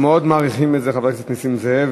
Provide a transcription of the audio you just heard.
אנחנו מאוד מעריכים את זה, חבר הכנסת נסים זאב,